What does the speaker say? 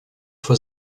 for